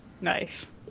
Nice